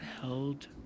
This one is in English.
held